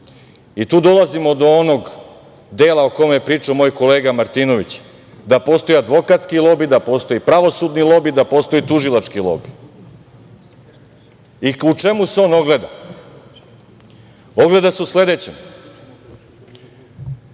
I tu dolazimo do onog dela o kome priča moj kolega Martinović, da postoji advokatski lobi, da postoji pravosudni lobi, da postoji tužilački lobi. I u čemu on ogleda? Ogleda se u sledećem.